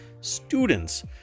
students